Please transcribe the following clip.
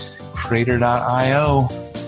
Crater.io